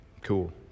Cool